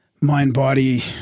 mind-body